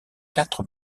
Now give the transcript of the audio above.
quatre